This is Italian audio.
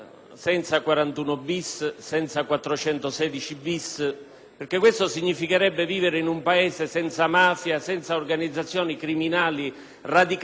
perché questo significherebbe vivere in un Paese senza mafia, senza organizzazioni criminali radicate nel territorio, con forti capacità militari.